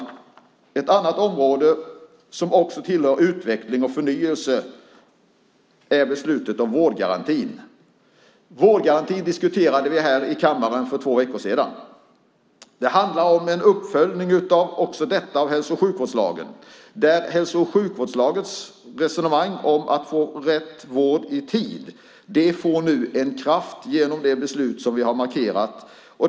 Ett annat område som tillhör utveckling och förnyelse är beslutet om vårdgarantin. Vårdgarantin diskuterade vi här i kammaren för två veckor sedan. Också detta handlar om en uppföljning av hälso och sjukvårdslagen. Hälso och sjukvårdslagens resonemang om att man ska få rätt vård i tid får nu en kraft genom det beslut som vi har markerat.